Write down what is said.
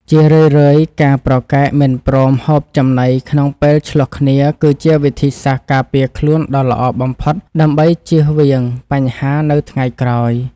ជារឿយៗការប្រកែកមិនព្រមហូបចំណីក្នុងពេលឈ្លោះគ្នាគឺជាវិធីសាស្ត្រការពារខ្លួនដ៏ល្អបំផុតដើម្បីចៀសវាងបញ្ហានៅថ្ងៃក្រោយ។